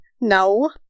No